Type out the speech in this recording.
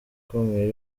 ikomeye